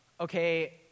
Okay